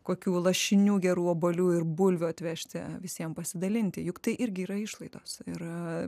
kokių lašinių gerų obuolių ir bulvių atvežti visiem pasidalinti juk tai irgi yra išlaidos ir